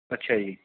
ਅੱਛਾ ਜੀ